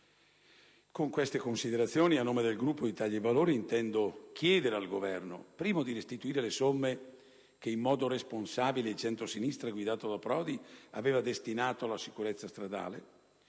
di tali considerazioni, a nome del Gruppo dell'Italia dei Valori intendo chiedere al Governo in primo luogo di restituire le somme che, in modo responsabile, il centrosinistra guidato da Prodi aveva destinato alla sicurezza stradale,